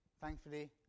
Thankfully